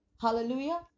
Hallelujah